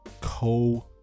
co